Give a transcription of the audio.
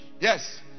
Yes